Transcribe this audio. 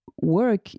work